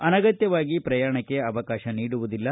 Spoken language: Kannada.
ಅನಗತ್ಯವಾಗಿ ಪ್ರಯಾಣಕ್ಕೆ ಅವಕಾಶ ನೀಡುವುದಿಲ್ಲ